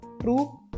true